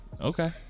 Okay